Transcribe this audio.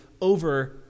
over